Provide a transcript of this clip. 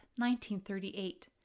1938